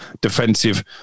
defensive